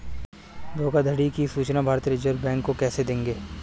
धोखाधड़ियों की सूचना भारतीय रिजर्व बैंक को कैसे देंगे?